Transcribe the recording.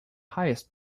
highest